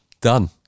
Done